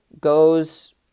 goes